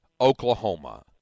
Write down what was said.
Oklahoma